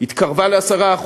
התקרבה ל-10%.